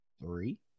three